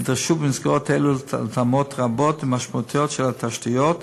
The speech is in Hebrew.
יידרשו מסגרות אלה להתאמות רבות ומשמעותיות של התשתיות,